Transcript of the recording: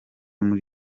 muri